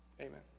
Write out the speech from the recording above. Amen